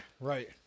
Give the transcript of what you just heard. right